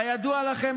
כידוע לכם,